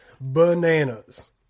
bananas